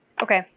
Okay